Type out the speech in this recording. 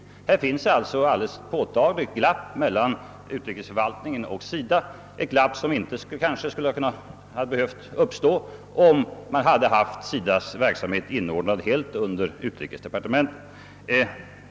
Här finns alltså ett påtagligt glapp mellan utrikesförvaltningen och SIDA, ett glapp som kanske inte skulle ha behövt uppstå om SIDA:s verksamhet varit helt inordnad under utrikesdepartementet.